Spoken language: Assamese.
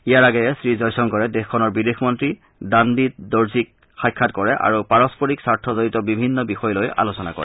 ইয়াৰ আগেয়ে শ্ৰীজয় শংকৰে ভূটানৰ বিদেশ মন্ত্ৰী তাণ্ডী দৰ্জীক সাক্ষাৎ কৰে আৰু পাৰস্পৰিক স্বাৰ্থ জড়িত বিভিন্ন বিষয় লৈ আলোচনা কৰে